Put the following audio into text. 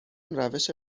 روش